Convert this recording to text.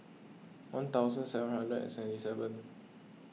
one thousand seven hundred and seventy seven